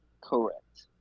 Correct